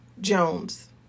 Jones